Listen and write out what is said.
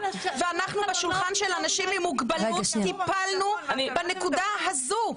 ואנחנו בשולחן של אנשים עם מוגבלות טיפלנו בנקודה הזו.